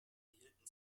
erhielten